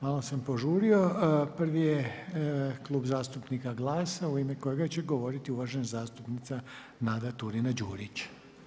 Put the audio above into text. Malo sam požurio, prvi je Klub zastupnika GLAS-a u ime kojega će govoriti uvažena zastupnica Nada Turina Đurić.